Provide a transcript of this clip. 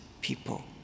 people